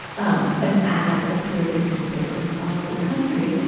um an ad appeared in newspapers all over the country.